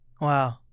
Wow